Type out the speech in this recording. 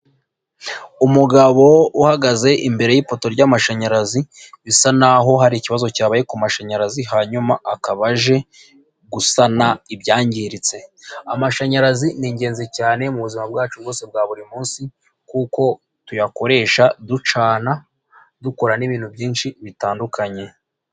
Umugabo uhagaze imbere y'ipoto ry'amashanyarazi, bisa naho hari ikibazo cyabaye ku mashanyarazi hanyuma akaba aje, gusana ibyangiritse. Amashanyarazi ni ingenzi cyane mubuzima bwacu bwose bwa buri munsi, kuko tuyakoresha ducana, dukora n'ibintu byinshi bitandukanye.